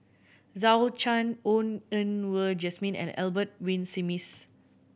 Zhou Can Ho Yen Wah Jesmine and Albert Winsemius